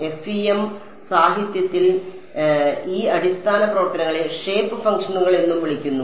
FEM സാഹിത്യത്തിൽ ഈ അടിസ്ഥാന പ്രവർത്തനങ്ങളെ ഷേപ്പ് ഫംഗ്ഷനുകൾ എന്നും വിളിക്കുന്നു